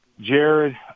Jared